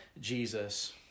Jesus